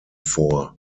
vor